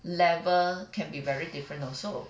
level can be very different also